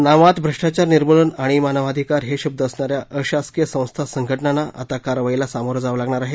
नावात भ्रष्टाचार निर्मूलन आणि मानवाधिकार हे शब्द असणाऱ्या अशासकीय संस्था संघटनांना आता कारवाईला सामोरं जावं लागणार आहे